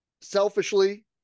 Selfishly